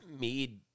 made